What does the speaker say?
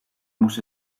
moest